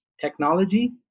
technology